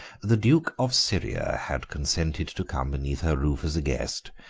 the duke of syria had consented to come beneath her roof as a guest,